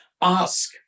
ask